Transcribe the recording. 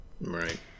right